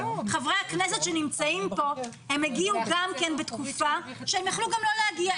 חברי הכנסת שנמצאים פה הגיעו בתקופה שיכלו גם לא להגיע.